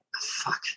Fuck